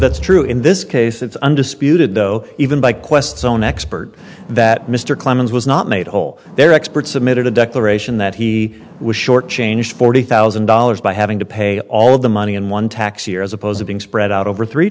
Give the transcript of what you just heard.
that's true in this case it's undisputed though even by quest's own expert that mr clemens was not made whole their expert submitted a declaration that he was short changed forty thousand dollars by having to pay all of the money in one tax year as opposed to being spread out over three